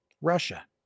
russia